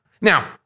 Now